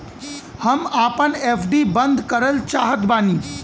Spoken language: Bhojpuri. हम आपन एफ.डी बंद करल चाहत बानी